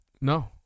No